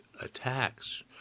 attacks